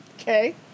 Okay